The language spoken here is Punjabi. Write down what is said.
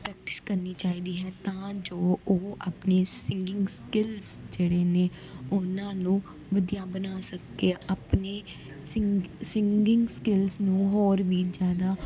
ਪਰੈਕਟਿਸ ਕਰਨੀ ਚਾਹੀਦੀ ਹੈ ਤਾਂ ਜੋ ਉਹ ਆਪਣੀ ਸਿੰਗਿੰਗ ਸਕਿੱਲਸ ਜਿਹੜੇ ਨੇ ਉਹਨਾਂ ਨੂੰ ਵਧੀਆ ਬਣਾ ਸਕੇ ਆਪਣੇ ਸਿੰਗ ਸਿੰਗਿੰਗ ਸਕਿੱਲਸ ਨੂੰ ਹੋਰ ਵੀ ਜ਼ਿਆਦਾ